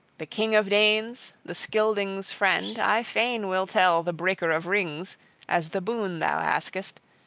the king of danes, the scyldings' friend, i fain will tell, the breaker-of-rings, as the boon thou askest,